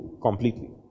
completely